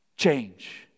change